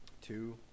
two